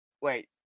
Wait